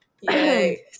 Yay